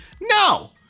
no